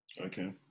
Okay